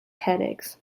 headaches